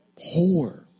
poor